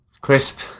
Crisp